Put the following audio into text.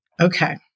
Okay